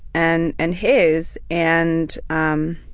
and and his, and um